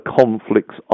conflicts